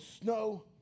snow